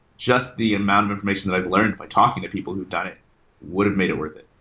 just the amount of information that i've learned by talking to people who've done it would have made it worth it.